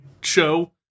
show